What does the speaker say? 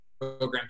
program